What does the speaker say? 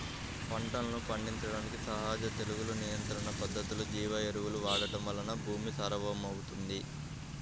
పంటలను పండించడానికి సహజ తెగులు నియంత్రణ పద్ధతులు, జీవ ఎరువులను వాడటం వలన భూమి సారవంతమవుతుంది